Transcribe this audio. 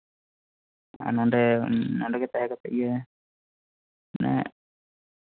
ᱟᱨ ᱱᱚᱰᱮᱜᱮ ᱛᱟᱦᱮ ᱠᱟᱛᱮᱜ ᱜᱮ ᱢᱟᱱᱮ